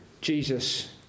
Jesus